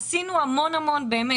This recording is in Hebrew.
עשינו המון המון סימולציות.